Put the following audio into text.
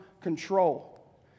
control